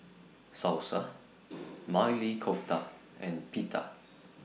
Salsa Maili Kofta and Pita